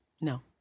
No